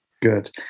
Good